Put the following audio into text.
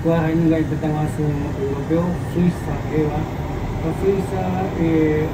﻿Kua jaenungavi Tëtä guasu europeo suiza jeva, kua suiza